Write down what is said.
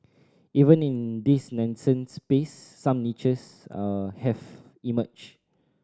even in this nascent space some niches are have emerged